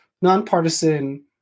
nonpartisan